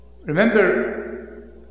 Remember